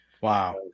Wow